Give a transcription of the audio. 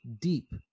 deep